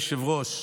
אדוני היושב-ראש,